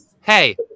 hey